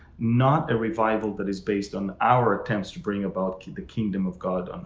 not a revival that is based on our attempts to bring about the kingdom of god on